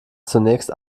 zunächst